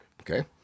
Okay